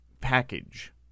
package